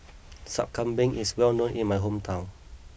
Sup Kambing is well known in my hometown